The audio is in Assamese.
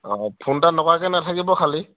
অ' ফোন এটা নকৰাকৈ নাথাকিব খালি